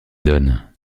donne